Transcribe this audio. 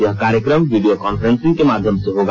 यह कार्यक्रम video conference के माध्यम से होगा